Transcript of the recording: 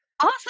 awesome